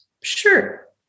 Sure